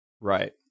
Right